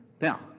Now